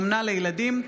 אומנה לילדים,